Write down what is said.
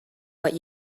what